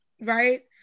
right